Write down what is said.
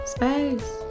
Space